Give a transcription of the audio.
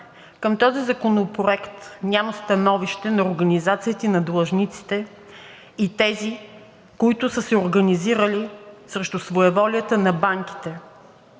към този законопроект няма становище на организациите на длъжниците и тези, които са се организирали срещу своеволията на банките.